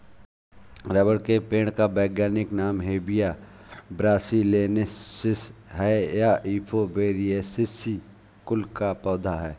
rubber के पेड़ का वैज्ञानिक नाम हेविया ब्रासिलिनेसिस है ये युफोर्बिएसी कुल का पौधा है